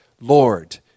Lord